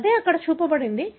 అదే ఇక్కడ చూపబడింది